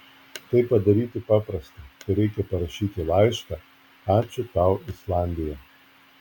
tai padaryti paprasta tereikia parašyti laišką ačiū tau islandija